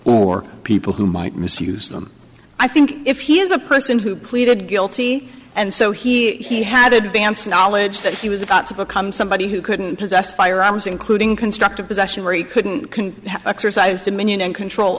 or people who might misuse them i think if he is a person who pleaded guilty and so he had advance knowledge that he was about to become somebody who couldn't possess firearms including constructive possession very couldn't can exercise dominion and control